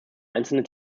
einzelne